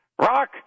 Rock